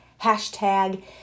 hashtag